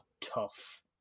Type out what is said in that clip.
tough